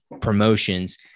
promotions